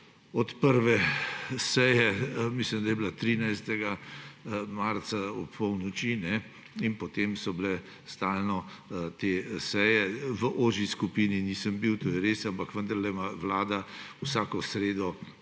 Od prve seje, mislim, da je bila 13. marca ob polnoči, in potem so bile stalno te seje. V ožji skupini nisem bil, to je res, ampak vendarle ima vlada vsako sredo